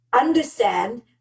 Understand